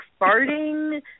farting